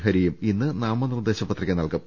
ഹരിയും ഇന്ന് നാ മനിർദേശ പത്രിക നൽകും